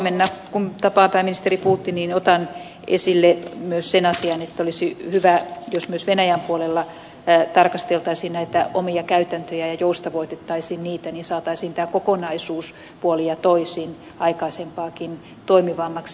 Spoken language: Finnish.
huomenna kun tapaan pääministeri putinin otan esille myös sen asian että olisi hyvä jos myös venäjän puolella tarkasteltaisiin näitä omia käytäntöjä ja joustavoitettaisiin niitä niin saataisiin tämä kokonaisuus puolin ja toisin aikaisempaakin toimivammaksi